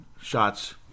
shots